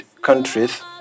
countries